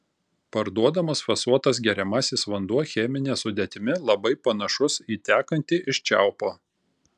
parduodamas fasuotas geriamasis vanduo chemine sudėtimi labai panašus į tekantį iš čiaupo